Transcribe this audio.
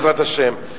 בעזרת השם,